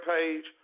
page